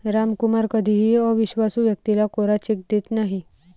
रामकुमार कधीही अविश्वासू व्यक्तीला कोरा चेक देत नाही